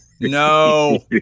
No